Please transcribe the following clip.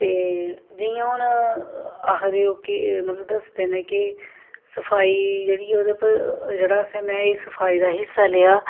ते जि'यां हून आखदे ओ कि मतलब दस्सदे न कि सफाई जेह्ड़ी ओह्दे पर जेह्ड़ा असें में एह् सफाई दा हिस्सा लेआ